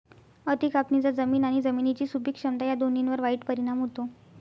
अति कापणीचा जमीन आणि जमिनीची सुपीक क्षमता या दोन्हींवर वाईट परिणाम होतो